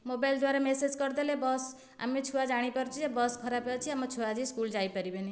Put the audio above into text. mobile ଦ୍ୱାରା message କରିଦେଲେ ବସ୍ ଆମେ ଛୁଆ ଜାଣିପାରୁଛୁ ଯେ ବସ୍ ଖରାପ ଅଛି ଆମ ଛୁଆ ଆଜି ସ୍କୁଲ୍ ଯାଇପାରିବେନି